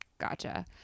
Gotcha